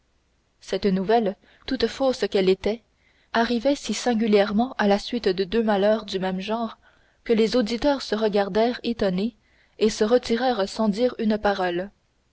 cette nouvelle toute fausse qu'elle était arrivait si singulièrement à la suite de deux malheurs du même genre que les auditeurs se regardèrent étonnés et se retirèrent sans dire une parole